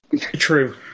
True